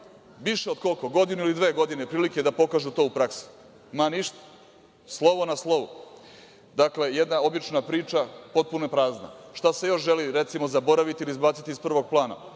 glavnom gradu, više od dve godine prilike da pokažu to u praksi. Ništa, slovo na slovu. Dakle, jedna obična priča, potpuno prazna. Šta se još želi, recimo, zaboraviti ili izbaciti iz prvog plana?